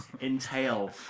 entail